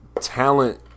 talent